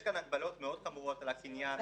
יש כאן הגבלות מאוד חמורות על הקניין,